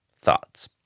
thoughts